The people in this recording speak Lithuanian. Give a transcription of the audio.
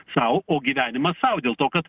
sau o gyvenimas sau dėl to kad